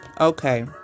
okay